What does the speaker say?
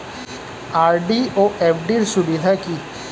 RD ও FD র সুবিধা কি?